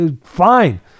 Fine